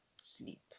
sleep